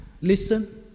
listen